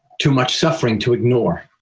too much suffering to ignore,